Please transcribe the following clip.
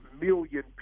million